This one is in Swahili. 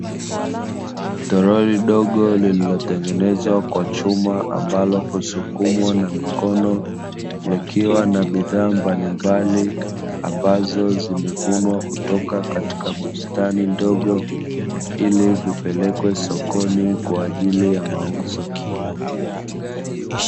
Toroli dogo lililotengenezwa kwa chuma ambalo husukumwa na mikono, likiwa na bidhaa mbalimbali ambazo zimevunwa kutoka katika bustani ndogo, ili vipelekwe sokoni kwa ajili ya mauzo.